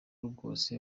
rwose